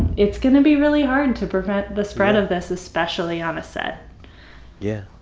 it's going to be really hard to prevent the spread of this, especially on a set yeah.